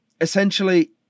Essentially